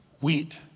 wheat